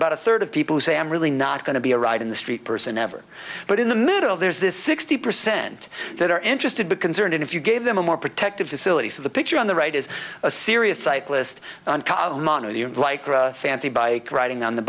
about a third of people who say i'm really not going to be a ride in the street person ever but in the middle there's this sixty percent that are interested but concerned if you gave them a more protective facilities of the picture on the right is a serious cyclist column on a fancy bike riding on the